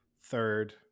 third